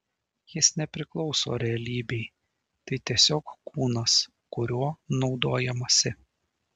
jis nepriklauso realybei tai tiesiog kūnas kuriuo naudojamasi